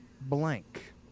blank